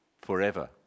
forever